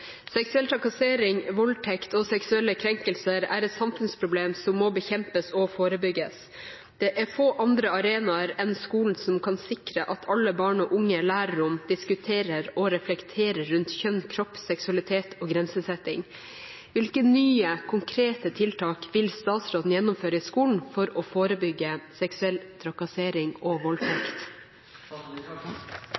trakassering, voldtekt og seksuelle krenkelser er et samfunnsproblem som må bekjempes og forebygges. Det er få andre arenaer enn skolen som kan sikre at alle barn og unge lærer om, diskuterer og reflekterer rundt kjønn, kropp, seksualitet og grensesetting. Hvilke nye, konkrete tiltak vil statsråden gjennomføre i skolen for å forebygge seksuell trakassering og